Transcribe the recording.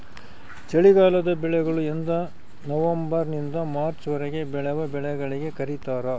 ಚಳಿಗಾಲದ ಬೆಳೆಗಳು ಎಂದನವಂಬರ್ ನಿಂದ ಮಾರ್ಚ್ ವರೆಗೆ ಬೆಳೆವ ಬೆಳೆಗಳಿಗೆ ಕರೀತಾರ